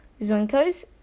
Zonko's